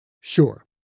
Sure